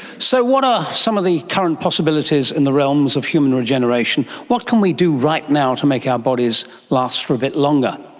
so what are some of the current possibilities in the realms of human regeneration? what can we do right now to make our bodies last for a bit longer?